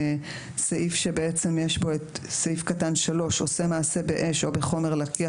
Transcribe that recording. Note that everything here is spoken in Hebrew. סעיף שיש בו את סעיף קטן (3): עושה מעשה באש או בחומר לקיח,